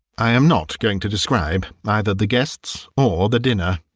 i am not going to describe either the guests or the dinner.